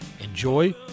enjoy